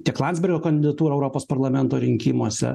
tiek landsbergio kandidatūrą europos parlamento rinkimuose